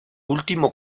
último